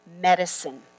medicine